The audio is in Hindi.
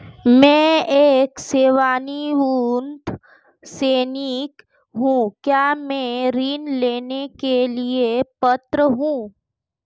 मैं एक सेवानिवृत्त सैनिक हूँ क्या मैं ऋण लेने के लिए पात्र हूँ?